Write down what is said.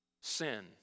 Sin